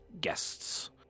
guests